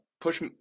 push